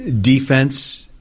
defense